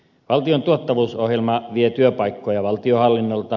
valtion tuottavuusohjelma vie työpaikkoja valtionhallinnolta